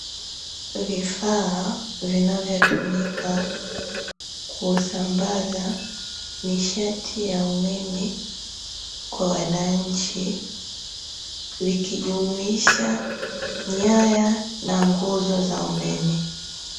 Vifaa vinavyotumika kusambaza nishati ya umeme kwa wananchi, vikijumuisha nyaya na nguzo za umeme.